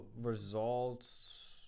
results